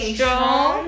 Strong